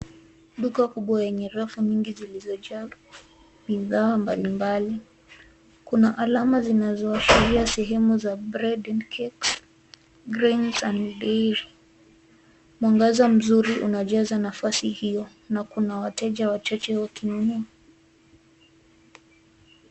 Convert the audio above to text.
Duka kubwa yenye rafu nyingi zilizojaa bidhaa mbalimbali. Kuna alama zinazoashiria sehemu za bread and cakes , grains and dairy . Mwangaza mzuri unajaza nafasi hiyo na kuna wateja wachache wakinunua.